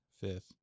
fifth